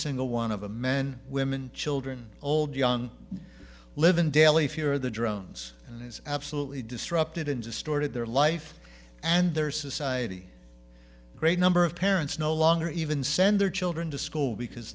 single one of the men women children old young live in daily fear of the drones and it's absolutely disrupted and distorted their life and their society a great number of parents no longer even send their children to school because